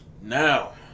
Now